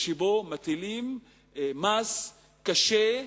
שבו מטילים מס קשה,